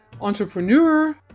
entrepreneur